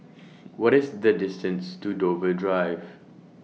What IS The distance to Dover Drive